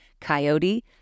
Coyote